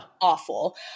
Awful